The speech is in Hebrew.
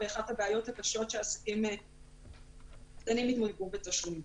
אחת הבעיות הקשות שעסקים מתמודדים איתם הוא תשלומים.